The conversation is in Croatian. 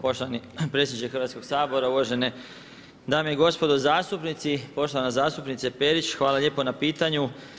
Poštovani predsjedniče Hrvatskog sabora, uvažene dame i gospodo zastupnici, poštovana zastupnice Perić hvala lijepo na pitanju.